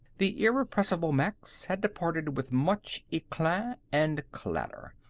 the irrepressible max had departed with much eclat and clatter,